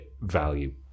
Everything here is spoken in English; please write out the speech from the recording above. value